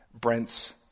Brent's